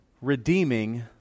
Redeeming